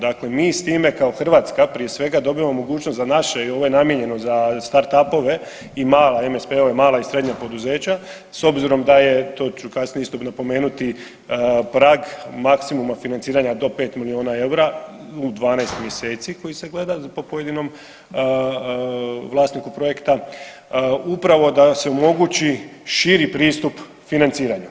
Dakle, mi s time kao Hrvatska prije svega dobivamo mogućnost za naše i ovo je namijenjeno za startupove i mala, MSP-ove mala i srednja poduzeća s obzirom da je, to ću kasnije isto napomenuti prag maksimuma financiranja do pet milijuna eura u 12 mjeseci koji se gleda po pojedinom vlasniku projekta upravo da se omogući širi pristup financiranja.